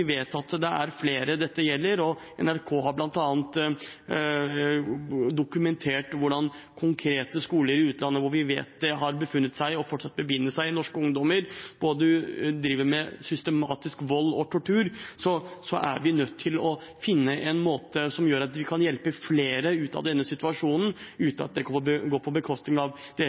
vet at det er flere dette gjelder – og NRK har bl.a. dokumentert hvordan konkrete skoler i utlandet hvor vi vet det har befunnet seg og fortsatt befinner seg norske ungdommer, driver med både systematisk vold og tortur – er vi nødt til å finne en måte å hjelpe flere ut av denne situasjonen på, uten at det går på bekostning av